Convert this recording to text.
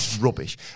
rubbish